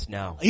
now